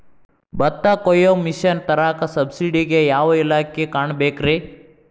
ಭತ್ತ ಕೊಯ್ಯ ಮಿಷನ್ ತರಾಕ ಸಬ್ಸಿಡಿಗೆ ಯಾವ ಇಲಾಖೆ ಕಾಣಬೇಕ್ರೇ?